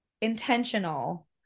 intentional